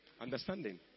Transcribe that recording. understanding